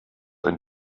ein